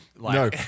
No